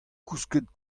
kousket